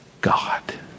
God